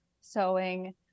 sewing